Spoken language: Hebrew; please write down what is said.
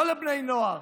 לא לבני נוער,